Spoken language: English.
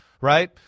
right